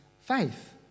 faith